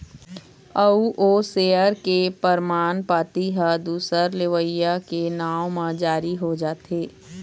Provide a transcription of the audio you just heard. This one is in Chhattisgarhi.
अउ ओ सेयर के परमान पाती ह दूसर लेवइया के नांव म जारी हो जाथे